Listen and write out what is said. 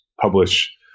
publish